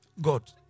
God